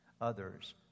Others